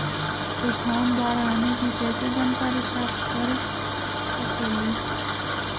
तूफान, बाढ़ आने की कैसे जानकारी प्राप्त कर सकेली?